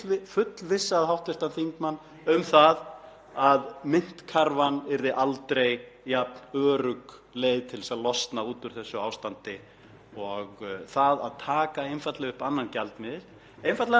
og það að taka einfaldlega upp annan gjaldmiðil, einfaldlega vegna þess að það væri elíta þessa lands sem myndi stjórna þessari myntkörfu hvort eð er. Það væri fólkið sem hv. þingmaður er stöðugt að deila á og eiga við,